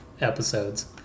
episodes